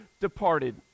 departed